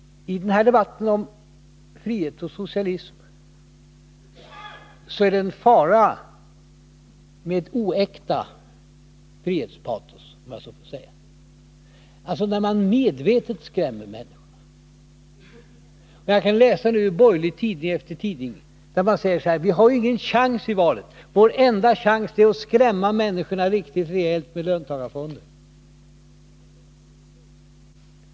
I den här debatten om frihet och socialism är det en fara med oäkta frihetspatos, alltså att medvetet skrämma människorna. Jag kan läsa ur den ena borgerliga tidningen efter den andra, där man säger: Vi har ju ingen chans i valet, utan vår enda chans är att skrämma människorna riktigt rejält med löntagarfonderna.